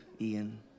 ian